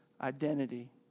identity